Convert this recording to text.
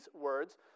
words